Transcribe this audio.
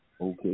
Okay